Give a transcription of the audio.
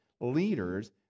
leaders